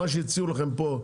מה שהציעו לכם פה,